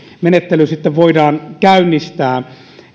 sitten voidaan käynnistää